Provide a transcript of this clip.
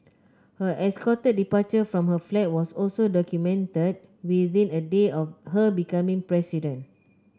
her escorted departure from her flat was also documented within a day of her becoming president